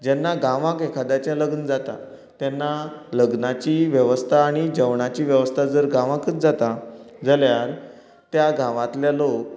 जेन्ना गांवांत एख्याद्याचें लग्न जाता तेन्ना लग्नाची वेवस्था आनी जेवणाची वेवस्था जर गांवातूच जाता जाल्यार त्या गांवातले लोक